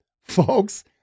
Folks